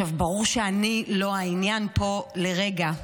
ברור שאני לא העניין פה לרגע,